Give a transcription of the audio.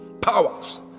Powers